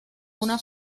una